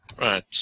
Right